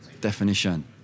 definition